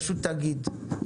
פשוט תגיד.